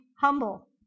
humble